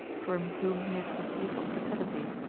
from whom he had received hospitality,